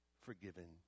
forgiven